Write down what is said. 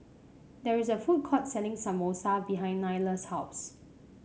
there is a food court selling Samosa behind Nylah's house